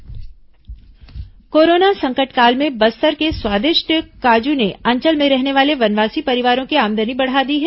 corona संकट वनवासी corona संकट काल में बस्तर के स्वादिष्ट काजू ने अंचल में रहने वाले वनवासी परिवारों की आमदनी बढ़ा दी है